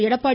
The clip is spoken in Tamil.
எடப்பாடி